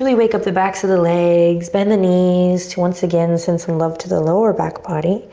really wake up the backs of the legs, bend the knees to, once again, send some love to the lower back body.